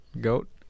goat